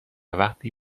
وقتی